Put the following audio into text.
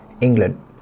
England